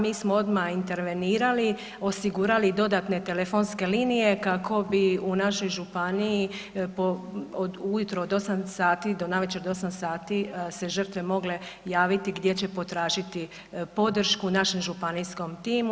Mi smo odmah intervenirali, osigurali dodatne telefonske linije kako bi u našoj županiji od ujutro od 8 sati do navečer do 8 sati se žrtve se mogle javiti gdje će potražiti podršku našem županijskom timu.